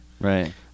Right